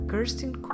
Kirsten